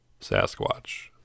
Sasquatch